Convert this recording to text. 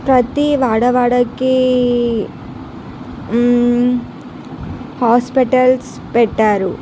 ప్రతి వాడవాడకి హాస్పటల్స్ పెట్టారు